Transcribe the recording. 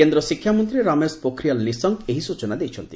କେନ୍ଦ୍ର ଶିକ୍ଷାମନ୍ତୀ ରମେଶ ପୋଖରିଆଲ୍ ନିଶଙ୍କ ଏହି ସୂଚନା ଦେଇଛନ୍ତି